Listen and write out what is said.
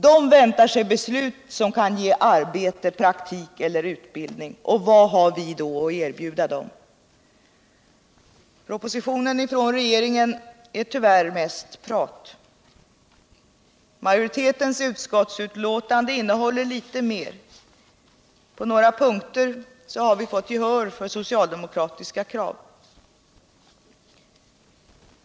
De väntar sig beslut som kan ge arbete, praktik eller utbildning. Vad har vi då att erbjuda dem? Propositionen från regeringen är tyvärr mest prat. Majoritetens utskottisbetänkande innehåller litet mer. På några punkter har vi fått gehör för socialdemokratiska krav.